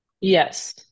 yes